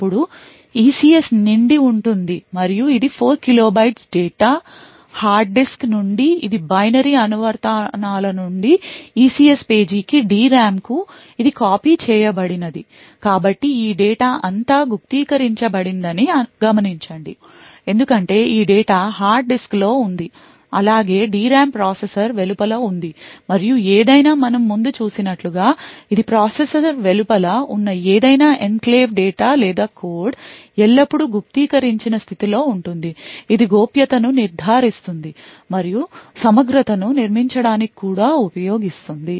అప్పుడు ECS నిండి ఉంటుంది మరియు ఇది 4 kilo bytes data hard disk నుండి ఇది బైనరీ అనువర్తనాలనుండి ECS పేజీకి DRAM కు ఇది కాపీ చేయబడినది కాబట్టి ఈ డేటా అంతా గుప్తీకరించబడిందని గమనించండి ఎందుకంటే ఈ డేటా హార్డ్డిస్క్ లో ఉంది అలాగే DRAM ప్రాసెసర్ వెలుపల ఉంది మరియు ఏదైనా మనం ముందు చూసినట్లుగా ఇది ప్రాసెసర్ వెలుపల ఉన్న ఏదైనా ఎన్క్లేవ్ డేటా లేదా కోడ్ ఎల్లప్పుడూ గుప్తీకరించిన స్థితిలో ఉంటుంది ఇది గోప్యతను నిర్ధారిస్తుంది మరియు సమగ్రతను నిర్మించడానికి కూడా ఉపయోగపడుతుంది